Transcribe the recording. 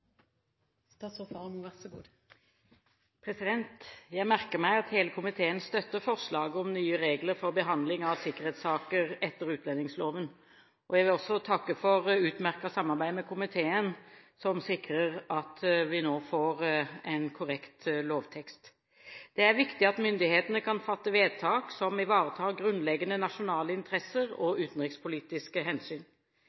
Jeg merker meg at hele komiteen støtter forslaget om nye regler for behandling av sikkerhetssaker etter utlendingsloven. Jeg vil også takke for utmerket samarbeid med komiteen, som sikrer at vi nå får en korrekt lovtekst. Det er viktig at myndighetene kan fatte vedtak som ivaretar grunnleggende nasjonale interesser og